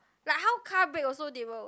like how car brake also they will